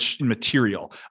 material